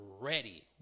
ready